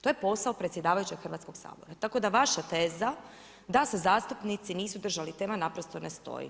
To je posao predsjedavajućeg Hrvatskog sabora, tako da vaša teza da se zastupnici nisu držali teme naprosto ne stoji.